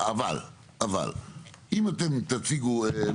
אחר כך תסביר לי?